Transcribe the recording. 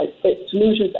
solutions